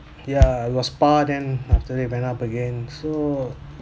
ya was par then after they went up again so